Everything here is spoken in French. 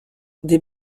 des